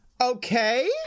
okay